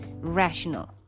rational